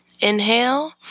Inhale